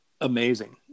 amazing